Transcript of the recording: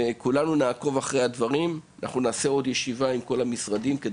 אנחנו נעקוב אחרי התקדמות הדברים ונקיים ישיבה נוספת עם משרדים נוספים.